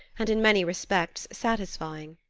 and in many respects satisfying.